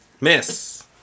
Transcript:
Miss